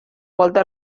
volta